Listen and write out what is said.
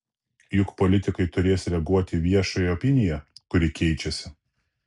juk politikai turės reaguoti į viešą opiniją kuri keičiasi